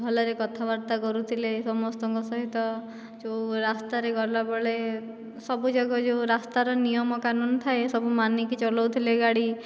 ଭଲରେ କଥାବାର୍ତ୍ତା କରୁଥିଲେ ସମସ୍ତଙ୍କ ସହିତ ଯେଉଁ ରାସ୍ତାରେ ଗଲାବେଳେ ସବୁ ଜାଗାରେ ରାସ୍ତାରେ ଯେଉଁ ନିୟମକାନୁନ ଥାଏ ସବୁ ମାନିକି ଚଲାଉଥିଲେ ଗାଡ଼ି